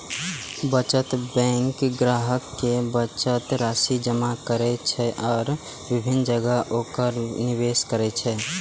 बचत बैंक ग्राहक के बचत राशि जमा करै छै आ विभिन्न जगह ओकरा निवेश करै छै